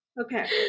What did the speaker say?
okay